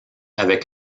avec